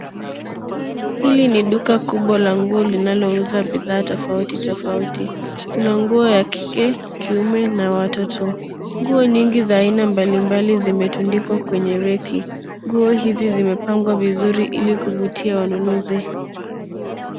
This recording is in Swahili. Hili ni duka kubwa la nguo linalo uza bidha tofauti tofauti, kuna nguo ya kike, kiume na ya watoto. Nguo nyingi za aina mbali mbali zimetandikwa kwenye reki. Nguo hizi zimepangwa vizuri ili kuvutia wanunuzi.